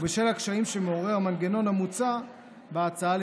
ובשל הקשיים שמעורר המנגנון המוצע בהצעה,